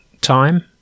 time